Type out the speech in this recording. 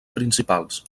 principals